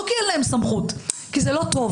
לא כי אין להם סמכות כי זה לא טוב.